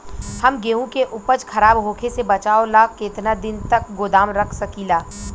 हम गेहूं के उपज खराब होखे से बचाव ला केतना दिन तक गोदाम रख सकी ला?